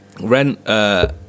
Rent